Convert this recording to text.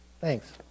Thanks